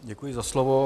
Děkuji za slovo.